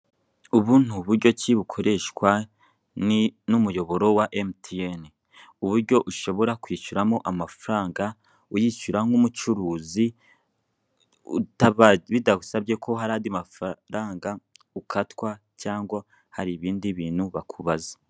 Ubu ni uburyo ki bukoreshwa n'umuyoboro wa emutiyene, uburyo ushobora kwishyuramo amafaranga, uyishyura nk'umucuruzi bidasabye ko hari andi mafaranga ukatwa cyangwa hari ibindi bintu bakubaza.